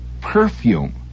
perfume